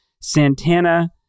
Santana